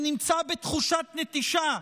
שנמצא בתחושת נטישה.